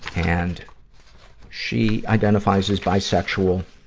and she identifies as bisexual.